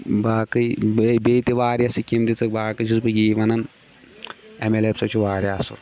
باقٕے بیٚیہِ بیٚیہِ تہِ واریاہ سِکیٖم دِژَکھ باقٕے چھُس بہٕ یی وَنان اٮ۪م اٮ۪ل اے صٲب چھُ واریاہ اَصٕل